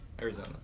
Arizona